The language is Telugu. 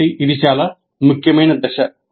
కాబట్టి ఇది చాలా ముఖ్యమైన దశ